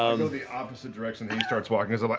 ah go the opposite direction he starts walking. so but